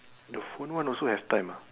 the phone one also has time ah